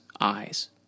eyes